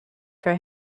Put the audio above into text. for